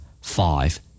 Five